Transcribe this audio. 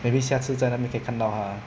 maybe 下次在那边可以看到他